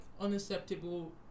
unacceptable